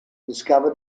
discover